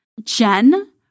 Jen